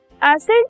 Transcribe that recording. acid